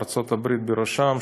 וארצות הברית בראשן,